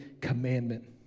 commandment